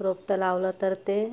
रोपटं लावलं तर ते